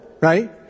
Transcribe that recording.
right